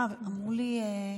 אמרו לי,